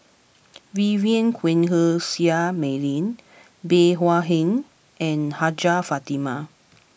Vivien Quahe Seah Mei Lin Bey Hua Heng and Hajjah Fatimah